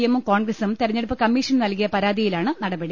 എമ്മും കോൺഗ്രസും തെരഞ്ഞെടുപ്പ് കമ്മീഷന് നൽകിയ പരാതിയിലാണ് നടപടി